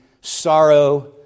sorrow